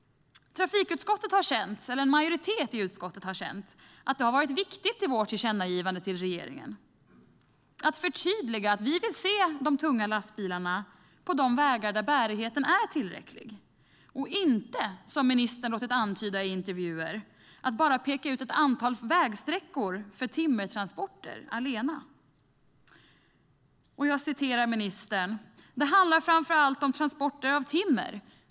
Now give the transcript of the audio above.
En majoritet i utskottet har känt att det har varit viktigt att i vårt tillkännagivande till regeringen förtydliga att vi vill se de tunga lastbilarna på de vägar där bärigheten är tillräcklig och inte, som ministern låtit antyda i intervjuer, att bara peka ut ett antal vägsträckor för timmertransporter allena. Ministern säger: Det handlar framför allt om transporter av timmer.